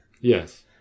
Yes